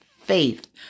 faith